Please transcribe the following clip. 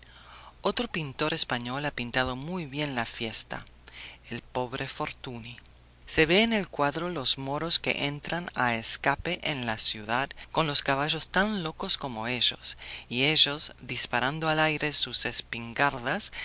otro pintor español ha pintado muy bien la fiesta el pobre fortuny se ve en el cuadro los moros que entran a escape en la ciudad con los caballos tan locos como ellos y ellos disparando al aire sus espingardas